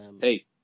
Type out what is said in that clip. Hey